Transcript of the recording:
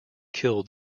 kill